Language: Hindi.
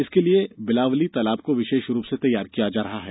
इसके लिए बिलावली तालाब को विशेष रूप से तैयार किया जा रहा है